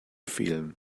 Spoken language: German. fehlen